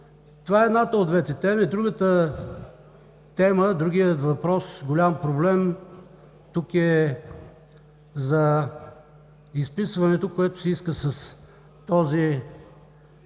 Това е едната от двете теми. Другата тема, другият голям проблем тук е за изписването, което се иска с този